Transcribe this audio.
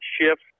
shift